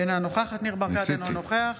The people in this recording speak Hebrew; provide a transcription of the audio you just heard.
אינה נוכחת ניר ברקת, אינו נוכח